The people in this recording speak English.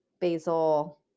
basil